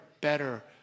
better